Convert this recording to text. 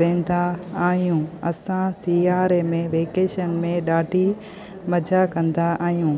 वेंदा आहियूं असां सियारे में वेकेशन में ॾाढी मज़ा कंदा आहियूं